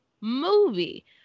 movie